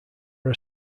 are